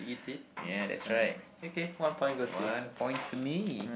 yeah that's right one point for me